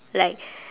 like